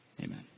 Amen